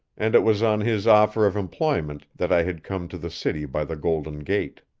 and it was on his offer of employment that i had come to the city by the golden gate.